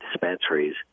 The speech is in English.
dispensaries